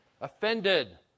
offended